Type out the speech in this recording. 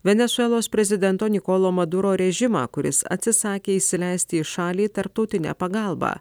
venesuelos prezidento nikolo maduro režimą kuris atsisakė įsileisti į šalį tarptautinę pagalbą